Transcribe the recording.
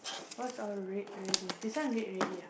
most I've read already this one read already ah